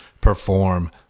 perform